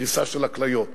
לקריסה של הכליות,